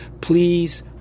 please